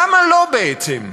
למה לא, בעצם?